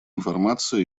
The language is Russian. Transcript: информации